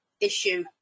issue